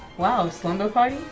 wow, slumber party?